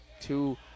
Two